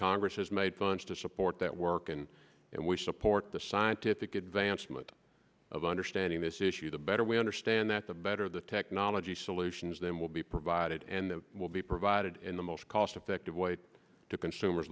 congress has made funds to support that work and and we support the scientific advancement of understanding this issue the better we understand that the better the technology solutions then will be provided and that will be provided in the most cost effective way to consumers